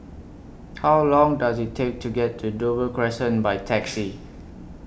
How Long Does IT Take to get to Dover Crescent By Taxi